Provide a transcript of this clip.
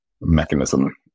mechanism